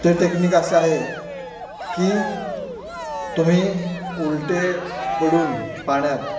ते टेक्निक असं आहे की तुम्ही उलटे पडून पाण्यात